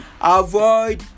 avoid